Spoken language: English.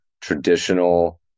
traditional